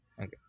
Okay